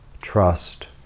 trust